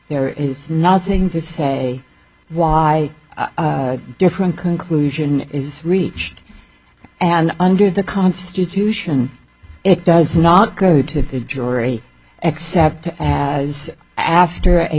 there is nothing to say why different conclusion is reached and under the constitution it does not go to the jury except as after a